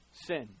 sin